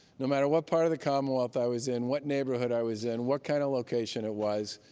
no matter what part of the commonwealth i was in, what neighborhood i was in, what kind of location it was.